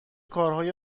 کارهای